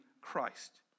Christ